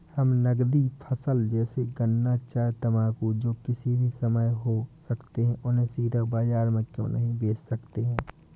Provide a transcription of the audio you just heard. हम नगदी फसल जैसे गन्ना चाय तंबाकू जो किसी भी समय में हो सकते हैं उन्हें सीधा बाजार में क्यो नहीं बेच सकते हैं?